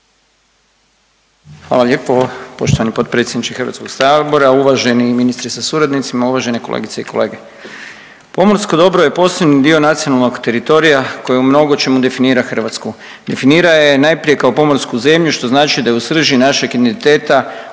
Hvala lijepo poštovani potpredsjedniče HS-a. Uvaženi ministre sa suradnicima, uvažene kolegice i kolege. Pomorsko dobro je posebni dio nacionalnog teritorija koji u mnogočemu definira Hrvatsku. Definira je najprije kao pomorsku zemlju, što znači da je u srži našeg identiteta